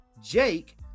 Jake